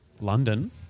London